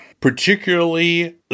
particularly